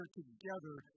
together